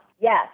Yes